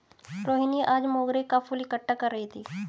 रोहिनी आज मोंगरे का फूल इकट्ठा कर रही थी